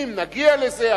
אם נגיע לזה,